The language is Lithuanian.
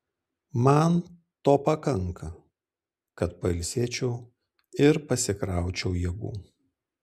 man to pakanka kad pailsėčiau ir pasikraučiau jėgų